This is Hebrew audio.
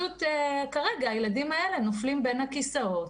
כרגע הילדים האלה נופלים בין הכיסאות